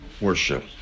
worship